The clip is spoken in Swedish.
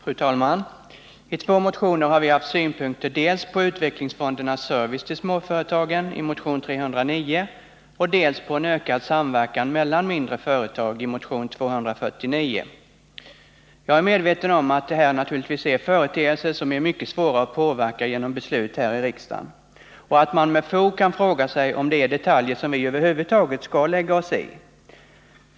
Fru talman! Vi har i två motioner framfört vissa synpunkter, nämligen dels i motion 309 om utvecklingsfondernas service till småföretagen, dels i motion 249 om en ökad samverkan mellan mindre företag. Jag är medveten om att det här naturligtvis är företeelser som är mycket svåra att påverka genom beslut i riksdagen och att man med fog kan fråga sig om det är detaljer som vi över huvud taget skall lägga oss i.